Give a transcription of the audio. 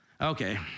Okay